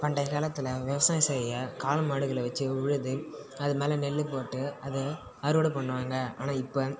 பண்டைய காலத்தில் விவசாயம் செய்ய காளை மாடுகளை வச்சு உழுது அதுமேல் நெல் போட்டு அதை அறுவடை பண்ணுவாங்க ஆனால் இப்போ